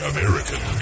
American